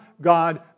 God